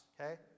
okay